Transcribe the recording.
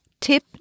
Tip